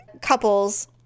couples